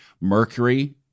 Mercury